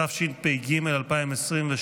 התשפ"ג 2023,